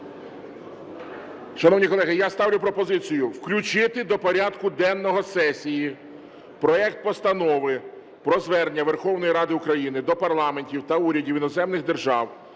Шановні колеги, я ставлю пропозицію включити до порядку денного сесії проект Постанови про Звернення Верховної Ради України до парламентів та урядів іноземних держав,